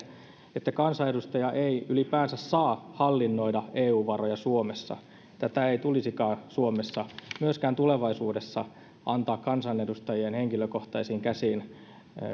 että kansanedustaja ei ylipäänsä saa hallinnoida eu varoja suomessa tätä ei tulisikaan suomessa myöskään tulevaisuudessa antaa kansanedustajien henkilökohtaisiin käsiin